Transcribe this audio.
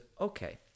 okay